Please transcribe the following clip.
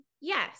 Yes